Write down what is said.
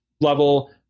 level